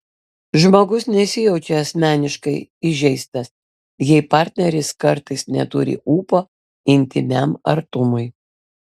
žmogus nesijaučia asmeniškai įžeistas jei partneris kartais neturi ūpo intymiam artumui